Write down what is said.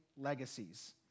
legacies